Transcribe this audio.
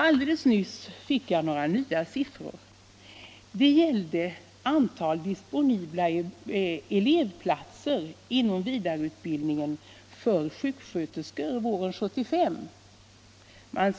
Alldeles nyss fick jag några nya siffror om antalet disponibla elevplatser inom vidareutbildningen för sjuksköterskor våren 1975. Det